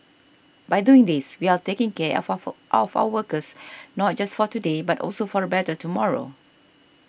by doing these we are taking care of of of our workers not just for today but also for a better tomorrow